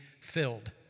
filled